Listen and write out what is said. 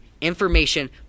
Information